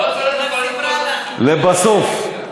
לבסוף,